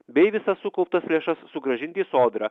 bei visas sukauptas lėšas sugrąžinti į sodrą